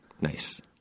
Nice